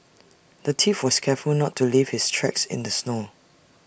the thief was careful not to leave his tracks in the snow